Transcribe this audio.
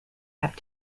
have